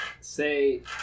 say